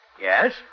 Yes